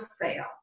fail